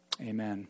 Amen